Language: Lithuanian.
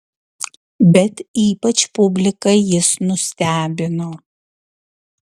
bet ypač publiką jis nustebino